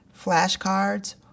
flashcards